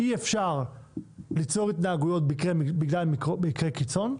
אי אפשר ליצור התנהגויות בגלל מקרי קיצון,